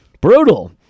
Brutal